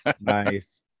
Nice